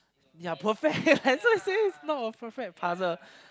ya perfect that's why I say it's not a perfect puzzle